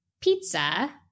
pizza